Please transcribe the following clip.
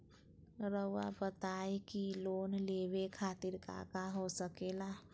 रउआ बताई की लोन लेवे खातिर काका हो सके ला?